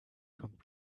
come